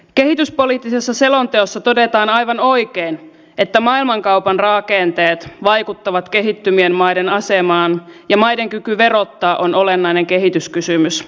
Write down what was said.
kehityspoliittisessa selonteossa todetaan aivan oikein että maailmankaupan rakenteet vaikuttavat kehittyvien maiden asemaan ja maiden kyky verottaa on olennainen kehityskysymys